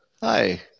Hi